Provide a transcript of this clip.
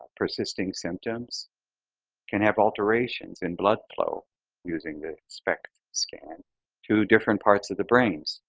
persisting symptoms can have alterations in blood flow using the spect scan to different parts of the brains,